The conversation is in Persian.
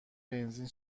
بنزین